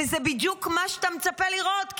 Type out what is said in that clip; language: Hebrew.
וזה בדיוק מה שאתה מצפה לראות.